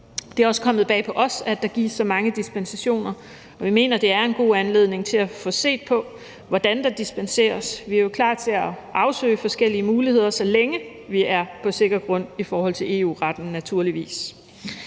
Det er også kommet bag på os, at der gives så mange dispensationer, og vi mener, at det er en god anledning til at få set på, hvordan der dispenseres. Vi er jo klar til at afsøge forskellige muligheder, så længe vi er på sikker grund i forhold til EU-retten naturligvis.